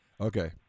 Okay